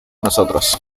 nosotros